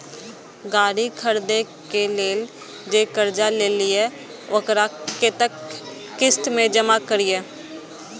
गाड़ी खरदे के लेल जे कर्जा लेलिए वकरा कतेक किस्त में जमा करिए?